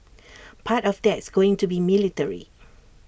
part of that's going to be military